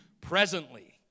presently